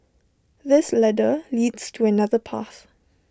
this ladder leads to another path